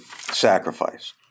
sacrifice